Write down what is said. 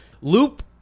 Loop